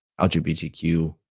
LGBTQ